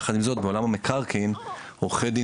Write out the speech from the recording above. יחד עם זאת בעולם המקרקעין עורכי דין